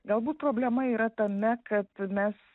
galbūt problema yra tame kad mes